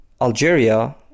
Algeria